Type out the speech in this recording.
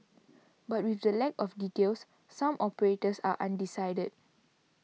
but with the lack of details some operators are undecided